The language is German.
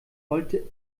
wollte